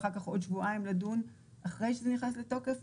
ואחר כך עוד שבועיים לדון אחרי שזה נכנס לתוקף.